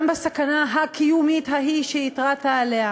גם בסכנה הקיומית ההיא שהתרעת עליה,